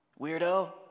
weirdo